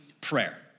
prayer